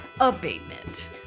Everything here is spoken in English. Abatement